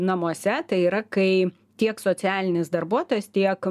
namuose tai yra kai tiek socialinis darbuotojas tiek